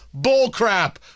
Bullcrap